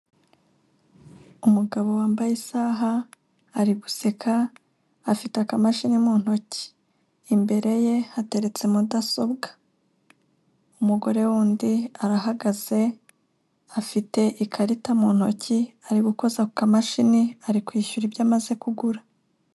Umugabo wambaye isaha ari guseka afite akamashini mu ntoki, imbere ye hateretse mudasobwa, umugore w'undi arahagaze afite ikarita mu ntoki ari gukoza ku kamashini ari kwishyura ibyo amaze kugura.